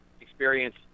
experience